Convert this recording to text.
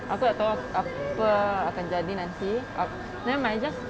aku tak tahu apa akan jadi nanti nevermind just